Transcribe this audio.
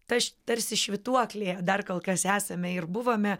ta tarsi švytuoklė dar kol kas esame ir buvome